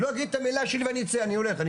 לא, אני אגיד את המילה שלי ואני אצא, אני הולך.